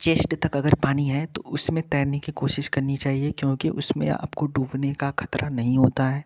chest तक अगर पानी है तो उसमें तैरने की कोशिश करनी चाहिए क्योंकि उसमें आपको डूबने का खतरा नहीं होता है